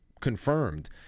confirmed